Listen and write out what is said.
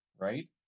right